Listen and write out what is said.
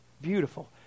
beautiful